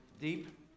deep